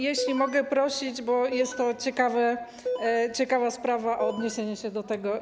Jeśli mogę prosić, bo jest to ciekawa sprawa, o odniesienie się do tego.